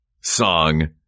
song